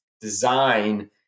design